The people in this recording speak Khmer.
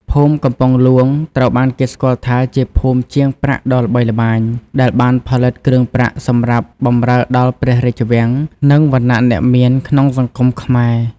ភូមិកំពង់ហ្លួងត្រូវបានគេស្គាល់ថាជាភូមិជាងប្រាក់ដ៏ល្បីល្បាញ ដែលបានផលិតគ្រឿងប្រាក់សម្រាប់បម្រើដល់ព្រះរាជវាំង និងវណ្ណៈអ្នកមានក្នុងសង្គមខ្មែរ។